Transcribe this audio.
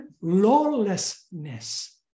lawlessness